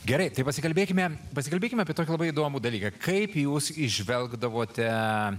gerai tai pasikalbėkime pasikalbėkime apie tokį labai įdomų dalyką kaip jūs įžvelgdavote